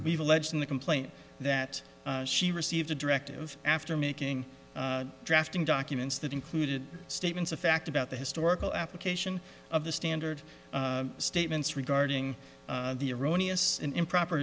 we've alleged in the complaint that she received a directive after making drafting documents that included statements of fact about the historical application of the standard statements regarding the erroneous improper